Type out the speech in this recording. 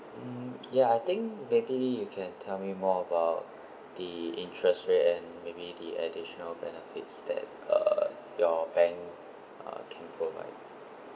um ya I think maybe you can tell me more about the interest rate and maybe the additional benefits that uh your bank uh can provide